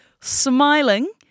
smiling